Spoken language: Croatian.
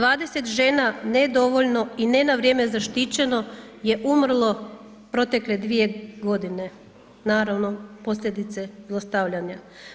20 žena ne dovoljno i ne na vrijeme zaštićeno je umrlo protekle 2 godine, naravno posljedice zlostavljanja.